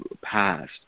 past